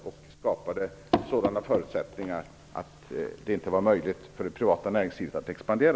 Det skapade sådana förutsättningar att det inte var möjligt för det privata näringslivet att expandera.